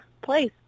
place